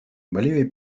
боливия